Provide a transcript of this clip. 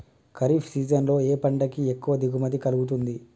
Kharif season లో ఏ పంట కి ఎక్కువ దిగుమతి కలుగుతుంది?